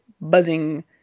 buzzing